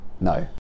No